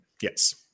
Yes